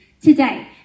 Today